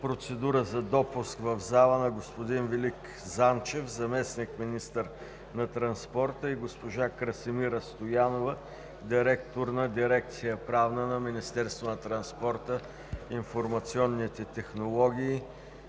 процедура за допуск в залата на господин Велик Занчев – заместник-министър на транспорта, и госпожа Красимира Стоянова – директор на дирекция „Правна“ на Министерството на транспорта, информационните технологии